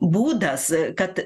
būdas kad